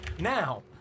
Now